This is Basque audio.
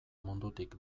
mundutik